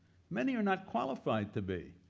many are not qualified to be,